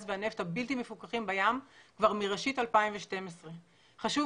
והנפט הבלתי מפוקחים בים כבר מראשית 2012. חשוב